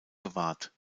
bewahrt